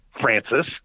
Francis